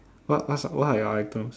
what what's what are your items